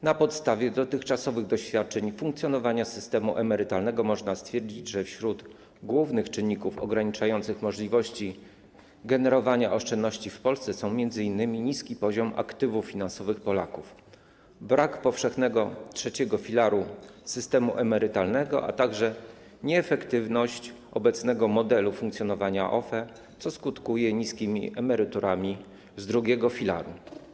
Na podstawie dotychczasowych doświadczeń wynikających z funkcjonowania systemu emerytalnego można stwierdzić, że wśród głównych czynników ograniczających możliwości generowania oszczędności w Polsce są m.in.: niski poziom aktywów finansowych Polaków, brak powszechnego trzeciego filaru w systemie emerytalnym, a także nieefektywność obecnego modelu funkcjonowania OFE, co skutkuje niskimi emeryturami z drugiego filaru.